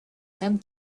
same